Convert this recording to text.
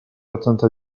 ottanta